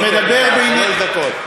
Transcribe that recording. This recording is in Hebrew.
שלוש דקות.